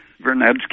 Vernadsky